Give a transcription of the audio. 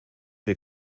wir